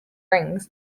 rings